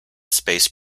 space